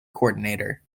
coordinator